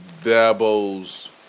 Dabo's